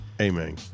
Amen